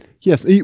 Yes